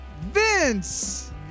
Vince